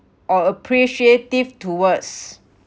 or appreciative towards